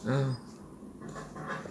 uh